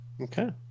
Okay